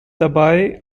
dabei